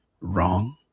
wrong